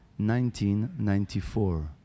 1994